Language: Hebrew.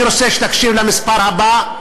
אני רוצה שתקשיב למספר הבא,